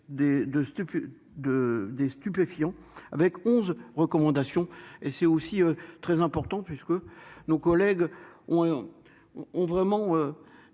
des stupéfiants avec 11 recommandations et c'est aussi très important puisque nos collègues ont ont